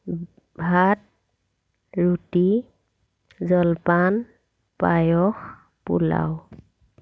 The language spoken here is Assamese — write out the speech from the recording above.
ভাত ৰুটি জলপান পায়স পোলাও